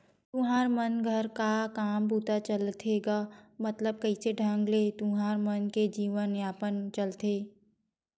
तुँहर मन घर का काम बूता चलथे गा मतलब कइसे ढंग ले तुँहर मन के जीवन यापन चलथे?